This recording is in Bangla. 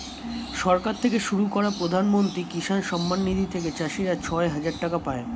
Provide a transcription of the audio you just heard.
সরকার থেকে শুরু করা প্রধানমন্ত্রী কিষান সম্মান নিধি থেকে চাষীরা ছয় হাজার টাকা পায়